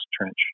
trench